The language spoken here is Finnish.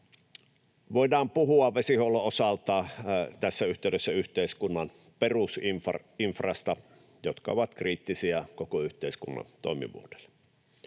Voidaan puhua vesihuollon osalta tässä yhteydessä yhteiskunnan perusinfrasta, joka on kriittistä koko yhteiskunnan toimivuudelle.